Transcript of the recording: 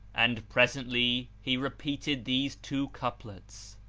and presently he repeated these two couplets,